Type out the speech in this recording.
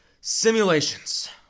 Simulations